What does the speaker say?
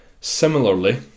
similarly